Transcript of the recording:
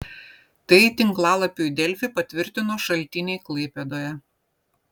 tai tinklalapiui delfi patvirtino šaltiniai klaipėdoje